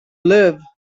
live